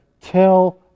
tell